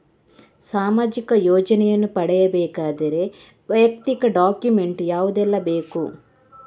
ಸಾಮಾಜಿಕ ಯೋಜನೆಯನ್ನು ಪಡೆಯಬೇಕಾದರೆ ವೈಯಕ್ತಿಕ ಡಾಕ್ಯುಮೆಂಟ್ ಯಾವುದೆಲ್ಲ ಬೇಕು?